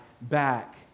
back